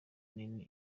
nini